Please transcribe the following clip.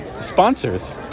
sponsors